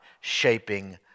shaping